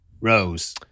rose